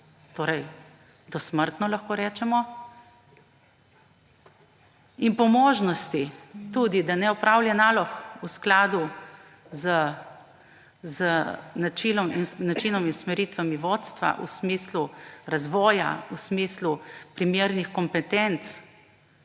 torej dosmrtno lahko rečemo, in tudi po možnosti, da ne opravlja nalog v skladu z načinom in usmeritvami vodstva v smislu razvoja, v smislu primernih kompetenc,